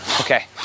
Okay